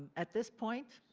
at this point,